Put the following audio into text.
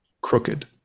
crooked